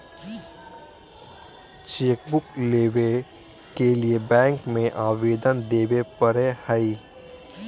chequebook लेबे के लिए बैंक में अबेदन देबे परेय हइ